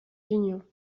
unions